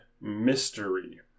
mystery